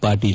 Patil